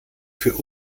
für